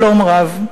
שלום רב.